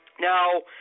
Now